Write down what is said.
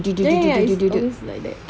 ya ya it's always like that yeah